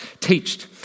teached